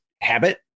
habit